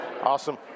Awesome